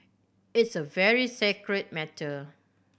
it's a very sacred matter